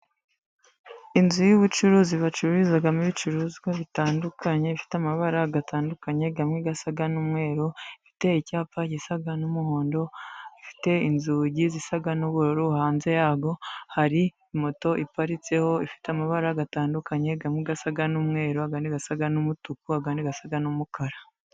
Inzu y'ubucuruzi bacururizamo ibicuruzwa bitandukanye, ifite amabara atandukanye, amwe asa n'umweru, iteye icyapa gisa n'umuhondo, ifite inzugi zisa n'ubururu, hanze yawo hari moto iparitseho ifite amabara atandukanye, amwe asa n'umweru, ayandi asa n'umutuku, ayandi asa n'umukara.